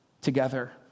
together